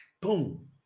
boom